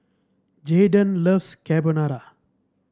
Jaidyn loves Carbonara